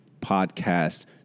podcast